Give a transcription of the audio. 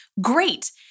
great